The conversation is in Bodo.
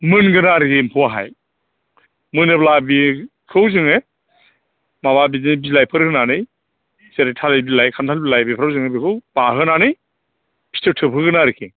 मोनगोन आरो बे एम्फौआहाय मोनोब्ला बेखौ जोङो माबा बिदिनो बिलाइफोर होनानै जेरै थालिर बिलाइ खान्थाल बिलाइ बेफोराव जोङो बेखौ बाहोनानै फिथोब थोबहोगोन आरोखि